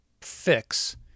fix